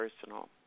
personal